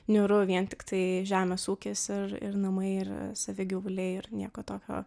niūru vien tiktai žemės ūkis ir ir namai ir savi gyvuliai ir nieko tokio